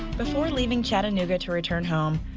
before leaving chattanooga to return home,